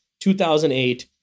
2008